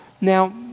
Now